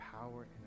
power